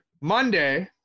Monday